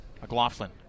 McLaughlin